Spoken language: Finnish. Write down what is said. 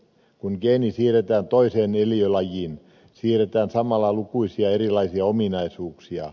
kun geeni siirretään toiseen eliölajiin siirretään samalla lukuisia erilaisia ominaisuuksia